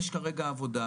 יש כרגע עבודה,